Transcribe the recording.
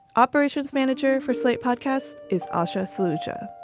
operations manager for slate podcast is asha solutia,